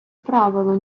правило